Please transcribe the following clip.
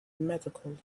medical